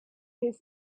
his